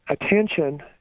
attention